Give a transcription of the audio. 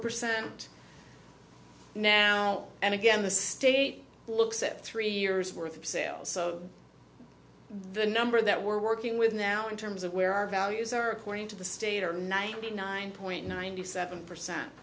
percent now and again the state looks at three years worth of sales so the number that we're working with now in terms of where our values are according to the state are ninety nine point nine hundred seven percent